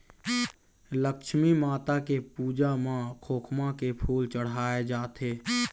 लक्छमी माता के पूजा म खोखमा के फूल चड़हाय जाथे